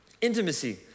Intimacy